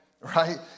Right